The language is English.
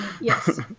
yes